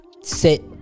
sit